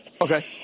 Okay